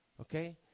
Okay